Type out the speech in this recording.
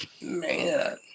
man